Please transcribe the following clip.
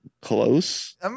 close